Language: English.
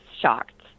shocked